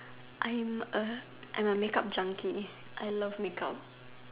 I am A I am a makeup junkie I love makeup